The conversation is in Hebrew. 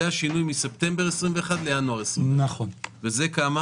זה השינוי מספטמבר 2021 לינואר 2021. וכמה זה?